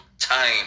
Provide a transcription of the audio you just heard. Time